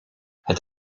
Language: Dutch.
het